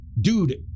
dude